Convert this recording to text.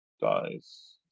dies